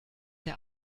der